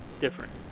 different